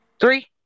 three